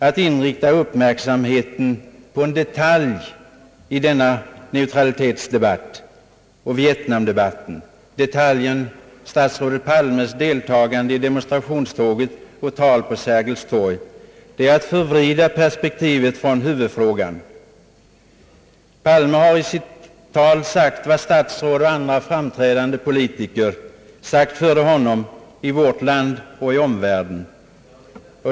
Att inrikta uppmärksamheten på en detalj i neutralitetspolitiken och vietnamdebatten — nämligen statsrådet Palmes deltagande i demonstrationståget och tal på Sergels torg — är att förvrida perspektivet i huvudfrågan. Statsrådet Palme sade i sitt tal vad statsråd och andra framstående politiker sagt före honom, i vårt land och i omvärlden.